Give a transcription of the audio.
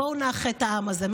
בואו נאחד את העם הזה.